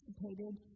participated